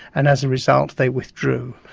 and as a result they withdrew.